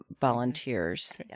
volunteers